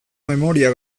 memoria